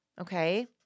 Okay